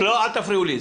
לא, אל תפריעו לי.